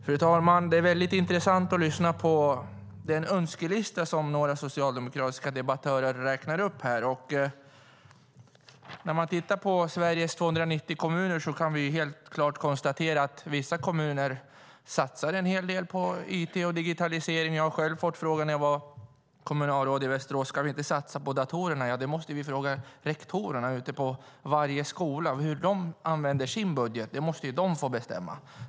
Fru talman! Det är väldigt intressant att lyssna på den önskelista som några socialdemokratiska debattörer tar upp här. När vi tittar på Sveriges 290 kommuner kan vi helt klart konstatera att vissa kommuner satsar en hel del på it och digitalisering. Jag har själv fått frågan när jag var kommunalråd i Västerås: Ska vi inte satsa på datorerna? Vi måste fråga rektorerna ute på varje skola hur de använder sin budget. Det måste de få bestämma.